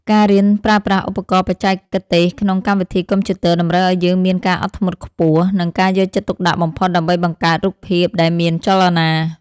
ការរៀនប្រើប្រាស់ឧបករណ៍បច្ចេកទេសក្នុងកម្មវិធីកុំព្យូទ័រតម្រូវឱ្យយើងមានការអត់ធ្មត់ខ្ពស់ និង ការយកចិត្តទុកដាក់បំផុតដើម្បីបង្កើតរូបភាពដែលមានចលនា។